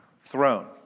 throne